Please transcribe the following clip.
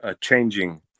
Changing